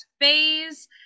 phase